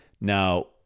Now